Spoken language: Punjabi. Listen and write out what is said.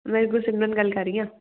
ਮੈਂ ਗੁਰਸਿਮਰਨ ਗੱਲ ਕਰ ਰਹੀ ਹਾਂ